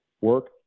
work